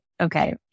okay